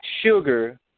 sugar